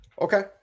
okay